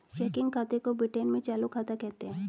checking खाते को Britain में चालू खाता कहते हैं